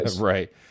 Right